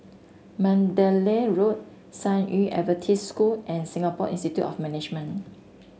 Mandalay Road San Yu Adventist School and Singapore Institute of Management